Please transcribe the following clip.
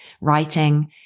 writing